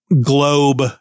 globe